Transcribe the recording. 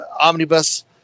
Omnibus